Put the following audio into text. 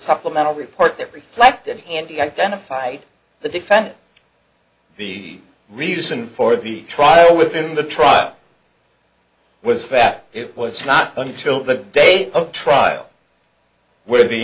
supplemental report every plaque that handy identified the defendant the reason for the trial within the trial was that it was not until the day of trial where the